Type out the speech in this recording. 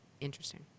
interesting